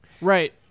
right